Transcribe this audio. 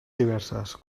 diverses